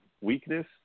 weakness